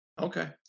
Okay